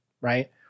right